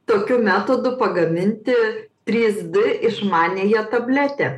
tokiu metodu pagaminti trys d išmaniąją tabletę